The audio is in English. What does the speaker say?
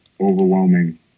overwhelming